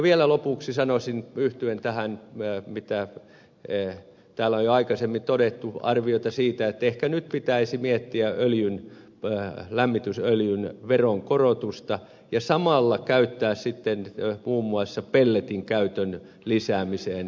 vielä lopuksi sanoisin yhtyen arvioon siitä mitä täällä on jo aikaisemmin todettu että ehkä nyt pitäisi miettiä lämmitysöljyn veron korotusta ja samalla käyttää toimenpiteitä muun muassa pelletin käytön lisäämiseen